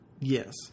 Yes